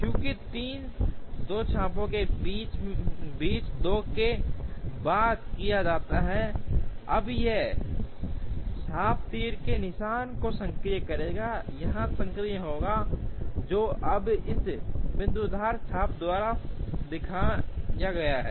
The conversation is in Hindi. चूँकि 3 इन दो चापों के बीच 2 के बाद किया जाता है अब यह चाप तीर के निशान को सक्रिय करेगा यहाँ सक्रिय होगा जो अब इस बिंदीदार चाप द्वारा दिखाया गया है